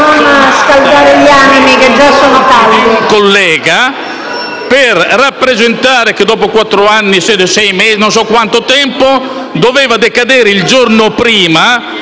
non scaldare gli animi, che già sono caldi.